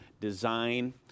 design